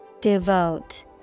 Devote